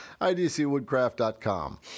idcwoodcraft.com